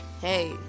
hey